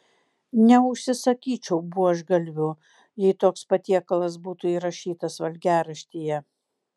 neužsisakyčiau buožgalvių jei toks patiekalas būtų įrašytas valgiaraštyje